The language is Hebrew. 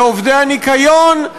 לעובדי הניקיון,